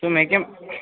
તો મેં કેમ